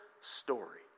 story